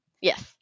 yes